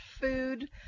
food